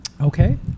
Okay